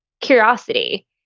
curiosity